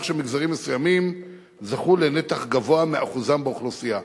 שמגזרים מסוימים זכו לנתח גבוה מאחוזם באוכלוסייה.